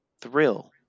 Thrill